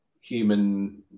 human